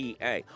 PA